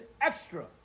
extra